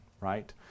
Right